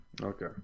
Okay